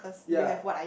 ya